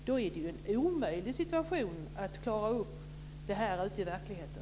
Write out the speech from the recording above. Det är en omöjlig situation att klara upp detta ute i verkligheten.